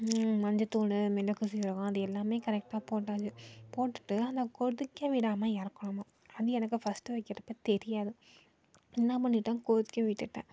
மஞ்சத்தூள் மிளகு சீரகம் அது எல்லாமே கரெக்டாக போட்டாச்சு போட்டுட்டு அதை கொதிக்க விடாமல் இறக்கணுமா அது எனக்கு ஃபஸ்ட் வைக்கிறப்போ தெரியாது என்ன பண்ணிட்டேன் கொதிக்க விட்டுட்டேன்